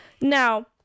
Now